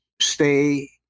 stay